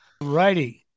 righty